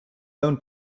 own